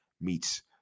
meets